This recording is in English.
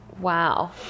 Wow